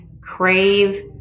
crave